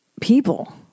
People